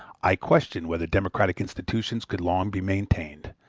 i question whether democratic institutions could long be maintained,